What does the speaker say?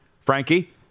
Frankie